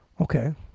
Okay